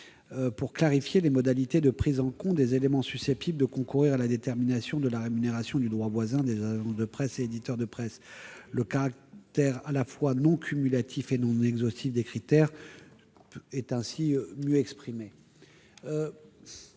par la commission, de prise en compte des éléments susceptibles de concourir à la détermination de la rémunération du droit voisin des agences de presse et des éditeurs de presse. Le caractère à la fois non cumulatif et non exhaustif des critères serait ainsi mieux affirmé.